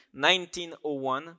1901